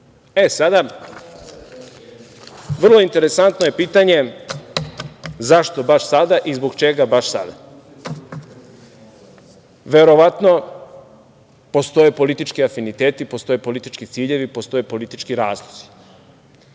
sada, vrlo interesantno je pitanje zašto baš sada i zbog čega baš sada. Verovatno postoje politički afiniteti, postoje politički ciljevi, postoje politički razlozi.